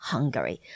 Hungary